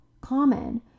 common